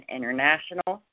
International